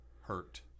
hurt